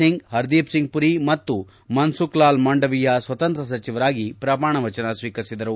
ಸಿಂಗ್ ಹರ್ದೀಪ್ ಸಿಂಗ್ ಪುರಿ ಮತ್ತು ಮನ್ಸುಖ್ ಲಾಲ್ ಮಾಂಡವಿಯಾ ಸ್ವತಂತ್ರ ಸಚಿವರಾಗಿ ಪ್ರಮಾಣ ವಚನ ಸ್ವೀಕರಿಸಿದರು